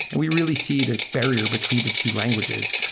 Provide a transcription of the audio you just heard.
and we really see this barrier between the two languages.